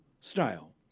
Style